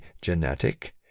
genetic